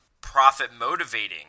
profit-motivating